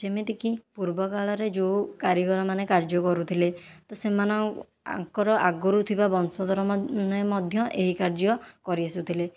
ଯେମିତି କି ପୂର୍ବକାଳରେ ଯେଉଁ କାରିଗରମାନେ କାର୍ଯ୍ୟ କରୁଥିଲେ ତ ସେମାନଙ୍କର ଆଗରୁ ଥିବା ବଂଶଧର ମାନେ ମଧ୍ୟ ଏହି କାର୍ଯ୍ୟ କରି ଆସୁଥିଲେ